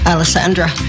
Alessandra